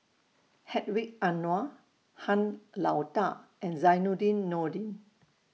Hedwig Anuar Han Lao DA and Zainudin Nordin